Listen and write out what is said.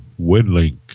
WinLink